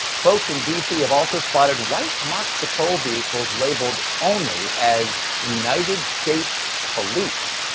folks in d c. have also spotted white marked patrol vehicles labeled only as united states police.